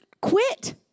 quit